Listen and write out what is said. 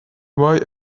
why